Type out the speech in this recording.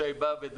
לשי באב"ד,